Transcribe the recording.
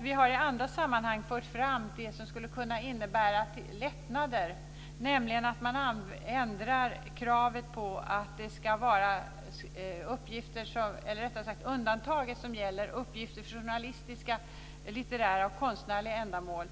Vi har i andra sammanhang fört fram det som skulle kunna innebära lättnader, nämligen att man ändrar förhållandena som gäller uppgifter för journalistiska, litterära och konstnärliga ändamål.